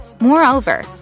Moreover